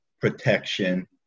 protection